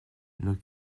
nos